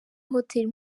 hoteli